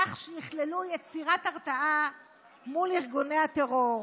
כך שיכללו יצירת הרתעה מול ארגוני הטרור.